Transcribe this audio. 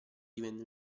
divenne